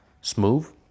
smooth